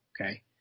Okay